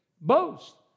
boast